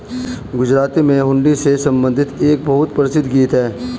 गुजराती में हुंडी से संबंधित एक बहुत प्रसिद्ध गीत हैं